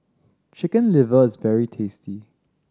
Chicken Liver is very tasty